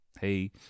hey